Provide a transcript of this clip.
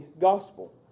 gospel